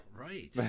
Right